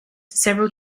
several